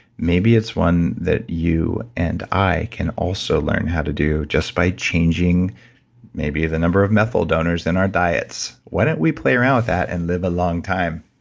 maybe it's one that you and i can also learn how to do just by changing maybe the number of methyl donors in our diets. why don't we play around with that and live a long time.